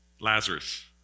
Lazarus